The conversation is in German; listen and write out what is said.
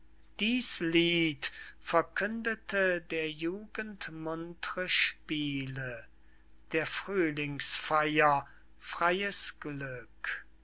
dieß lied verkündete der jugend muntre spiele der frühlingsfeyer freyes glück